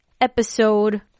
episode